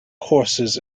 courses